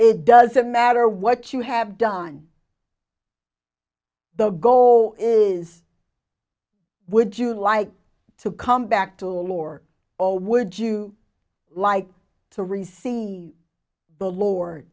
it doesn't matter what you have done the go is would you like to come back to a lord or would you like to receive the lord